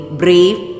brave